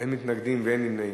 אין מתנגדים ואין נמנעים.